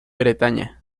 bretaña